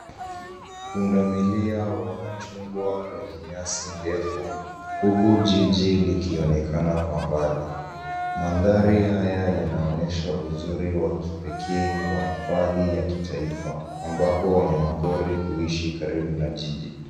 Pundamilia wanachungwa kwenye nyasi ndefu, huku jiji likionekana kwa mbali. Mandhari haya yanaonyesha uzuri wa kipekee wa hifadhi ya kitaifa ambapo wanyamapori huishi karibu na jiji.